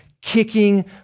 kicking